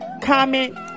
comment